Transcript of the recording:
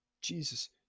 Jesus